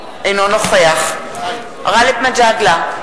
אינו נוכח גאלב מג'אדלה,